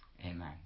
Amen